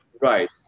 Right